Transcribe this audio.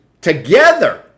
together